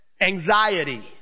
anxiety